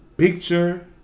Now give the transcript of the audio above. Picture